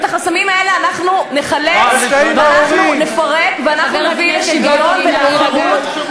אנחנו נשנה את זה כאן באמצעות חקיקה.